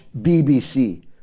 BBC